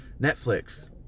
Netflix